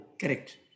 Correct